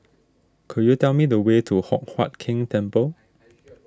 could you tell me the way to Hock Huat Keng Temple